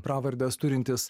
pravardes turintis